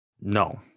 No